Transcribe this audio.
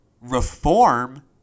reform